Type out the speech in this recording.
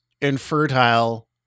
infertile